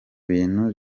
bintu